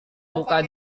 buka